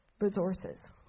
resources